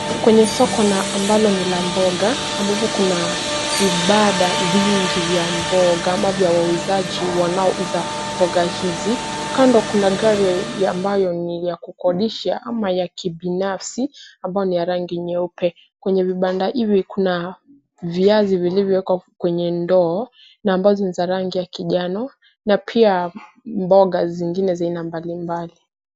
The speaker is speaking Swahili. Kwenye soko na ambalo ni la mboga ambapo kuna vibanda vingi vya mboga ama vya wauzaji wanaouza mboga hizi. Kando kuna gari ambayo ni ya kukodisha ama ya kibinafsi ambayo ni ya rangi nyeupe. Kwenye vibanda hivi, kuna viazi vilivyowekwa kwenye ndoo na ambazo ni za rangi ya kinjano na pia mboga zingine zina mbalimbali.